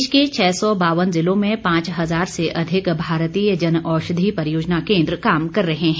देश के छह सौ बावन जिलों में पांच हजार से अधिक भारतीय जन औषधि परियोजना कोन्द्र काम कर रहे हैं